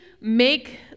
make